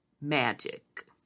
magic